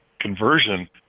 Conversion